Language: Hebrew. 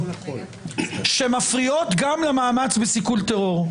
הפרות שמפריעות גם למאמץ לסיכול הטרור.